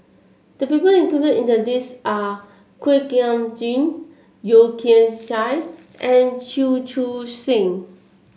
the people included in the list are Kuak Nam Jin Yeo Kian Chai and Chew Choo Seng